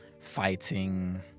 fighting